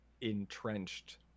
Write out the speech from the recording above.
entrenched